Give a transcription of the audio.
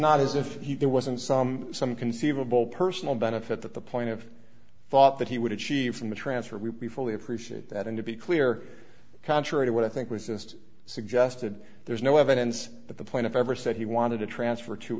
not as if he there wasn't some some conceivable personal benefit that the point of thought that he would achieve from the transfer will be fully appreciate that and to be clear contrary to what i think was just suggested there's no evidence that the plaintiff ever said he wanted to transfer to